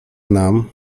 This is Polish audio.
nam